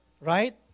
Right